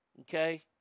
Okay